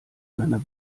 seiner